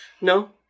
No